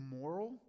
moral